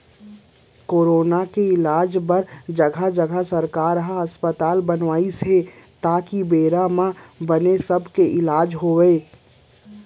corona के इलाज बर जघा जघा सरकार ह अस्पताल बनवाइस हे ताकि बेरा म बने सब के इलाज होवय